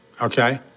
okay